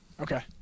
Okay